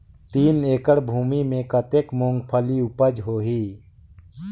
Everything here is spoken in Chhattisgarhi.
तीन एकड़ भूमि मे कतेक मुंगफली उपज होही?